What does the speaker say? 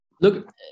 Look